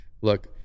look